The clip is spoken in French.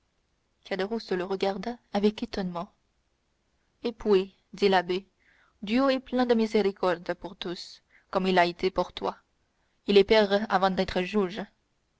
le regarda avec étonnement et puis dit l'abbé dieu est plein de miséricorde pour tous comme il a été pour toi il est père avant d'être juge